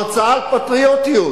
הרצאה על פטריוטיות.